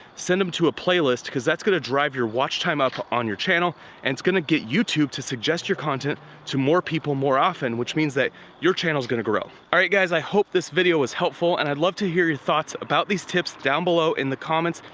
send them to a playlist cause that's gonna drive your watch time up on your channel and it's gonna get youtube to suggest your content to more people more often, which means that your channel's gonna grow. alright guys, i hope this video was helpful and i'd love to hear your thoughts about these tips down below in the comments,